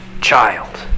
child